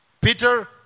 Peter